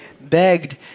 begged